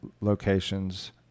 locations